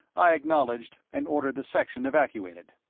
i acknowledged and ordered the section evacuated.